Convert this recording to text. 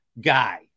guy